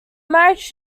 marriage